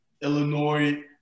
Illinois